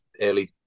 early